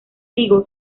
digo